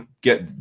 get